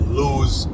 lose